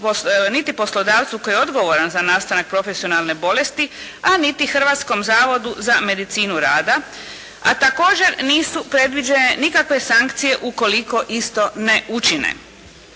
niti poslodavcu koji je odgovoran za nastanak profesionalne bolesti, a niti Hrvatskom zavodu za medicinu rada, a također nisu predviđene nikakve sankcije ukoliko isto ne učine.